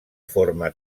forma